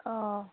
অঁ